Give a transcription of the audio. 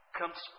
comes